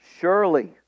surely